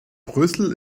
brüssel